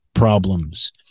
problems